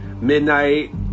Midnight